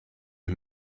for